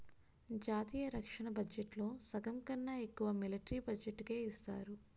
జాతీయ రక్షణ బడ్జెట్లో సగంకన్నా ఎక్కువ మిలట్రీ బడ్జెట్టుకే ఇస్తారు